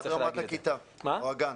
עד רמת הכיתה והגן.